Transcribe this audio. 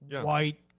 White